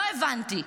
לא הבנתי,